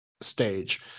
stage